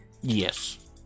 Yes